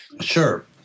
Sure